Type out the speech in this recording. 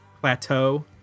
plateau